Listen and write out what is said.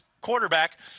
quarterback